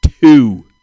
Two